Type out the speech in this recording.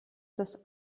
das